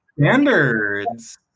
standards